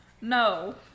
No